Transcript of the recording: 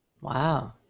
Wow